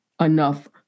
enough